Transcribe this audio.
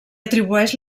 atribueix